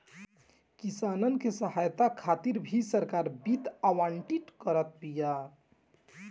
किसानन के सहायता खातिर भी सरकार वित्त आवंटित करत बिया